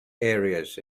areas